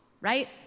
Right